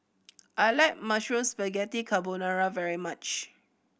I like Mushroom Spaghetti Carbonara very much